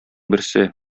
берсе